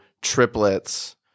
triplets